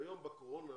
היום בקורונה